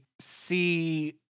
see